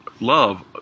love